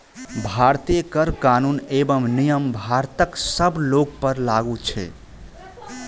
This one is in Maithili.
भारतीय कर कानून एवं नियम भारतक सब लोकपर लागू छै